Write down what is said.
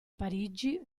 parigi